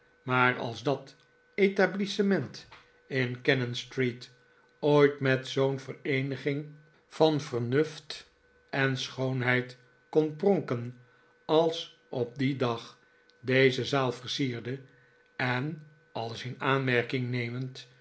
maar als dat etablissement in cannon street ooit met zoo'n vereeniging van vernuft en schoonheid koh pronken als op dien dag deze zaal versierde en alles in aanmerking nemend